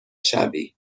شوی